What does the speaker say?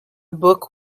book